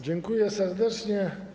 Dziękuję serdecznie.